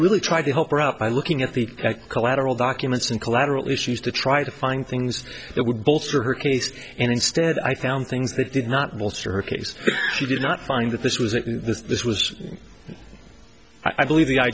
really tried to help her out by looking at the collateral documents and collateral issues to try to find things that would bolster her case and instead i found things that did not alter her case she did not find that this was a this this was i believe the i